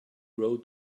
wrote